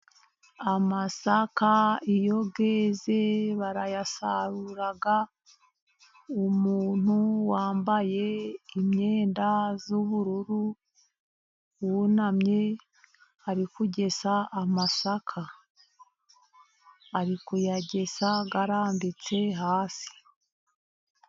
Amasaka iyo yeze barayasarura, umuntu wambaye imyenda y'ubururu, wunamye arikugesa amasaka, arikuyagesa yarambitse hasi.